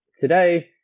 today